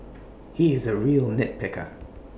he is A real nitpicker